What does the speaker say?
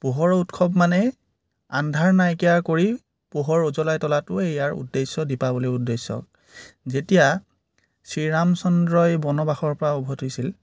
পোহৰৰ উৎসৱ মানেই আন্ধাৰ নাইকীয়া কৰি পোহৰ উজলাই তোলাটোৱে ইয়াৰ উদ্দেশ্য দীপাৱলীৰ উদ্দেশ্য যেতিয়া শ্ৰীৰাম চন্দ্ৰই বনবাসৰ পৰা উভটিছিল